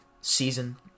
season